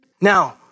now